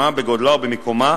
דומה בגודלה ובמיקומה,